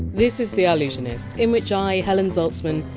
this is the allusionist, in which i, helen zaltzman,